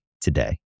today